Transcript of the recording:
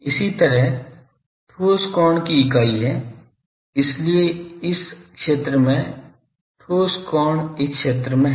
इसी तरह ठोस कोण की इकाई है इसलिए इस क्षेत्र में ठोस कोण इस क्षेत्र में है